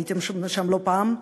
הייתי שם לא פעם,